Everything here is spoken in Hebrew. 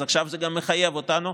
אז עכשיו זה גם מחייב אותנו,